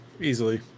easily